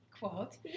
quote